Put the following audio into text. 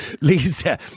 Lisa